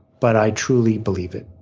but i truly believe it.